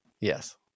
yes